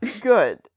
good